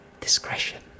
discretion